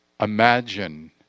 imagine